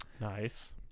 Nice